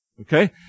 okay